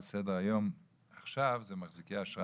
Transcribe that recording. על סדר היום עכשיו זה מחזיקי האשרה